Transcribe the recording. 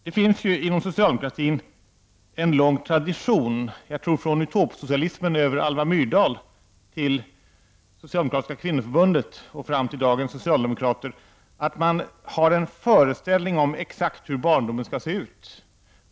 Det finns inom socialdemokratin en lång tradition, från utopsocialismen över Alva Myrdal, socialdemokratiska kvinnoförbundet och fram till dagens socialdemokrater, att man har en föreställning om hur barndomen exakt skall se ut.